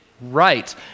right